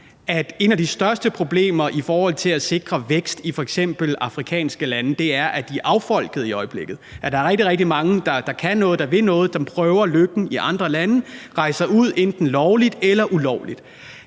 et af de største problemer i forhold til at sikre vækst i f.eks. afrikanske lande er, at de er affolket i øjeblikket? Der er rigtig, rigtig mange, der kan noget og vil noget, som prøver lykken i andre lande. De rejser ud enten lovligt eller ulovligt.